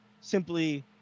simply